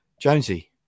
Jonesy